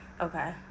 Okay